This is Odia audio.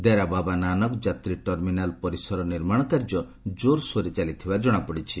ଦେରାବାବା ନାନକ ଯାତ୍ରୀ ଟର୍ମିନାଲ୍ ପରିସର ନିର୍ମାଣ କାର୍ଯ୍ୟ ଜୋର୍ସୋରରେ ଚାଲିଥିବାର ଜଣାପଡ଼ିଛି